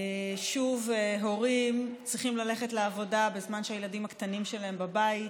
שוב הורים צריכים ללכת לעבודה בזמן שהילדים הקטנים שלהם בבית,